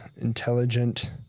intelligent